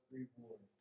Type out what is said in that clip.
reward